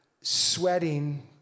sweating